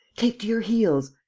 take to your heels!